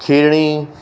खीरणी